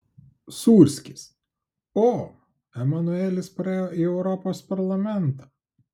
sūrskis o emanuelis praėjo į europos parlamentą